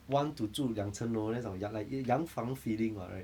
want to 住两层楼那种洋 like 洋房 feeling mah right